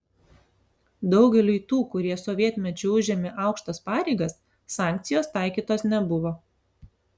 daugeliui tų kurie sovietmečiu užėmė aukštas pareigas sankcijos taikytos nebuvo